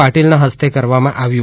પાટીલના હસ્તે કરવામાં આવ્યું